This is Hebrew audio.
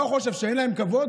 מה הוא חושב, שאין להם כבוד?